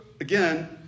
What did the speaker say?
again